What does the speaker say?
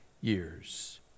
years